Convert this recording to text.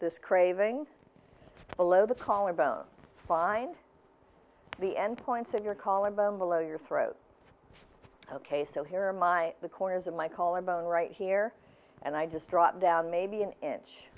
this craving below the collarbone find the endpoints in your collarbone below your throat ok so here are my the corners of my collarbone right here and i just drop down maybe an inch